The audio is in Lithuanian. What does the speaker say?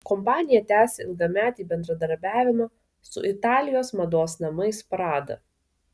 kompanija tęsia ilgametį bendradarbiavimą su italijos mados namais prada